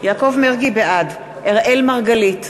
בעד אראל מרגלית,